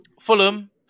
Fulham